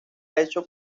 hecho